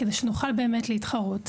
כדי שנוכל להתחרות.